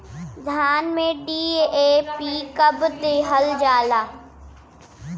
धान में डी.ए.पी कब दिहल जाला?